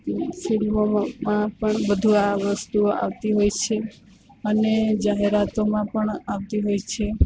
ફિલ્મોમાં પણ બધું આ વસ્તુ આવતી હોય છે અને જાહેરાતોમાં પણ આવતી હોય છે